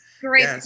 great